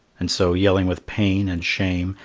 and so, yelling with pain and shame,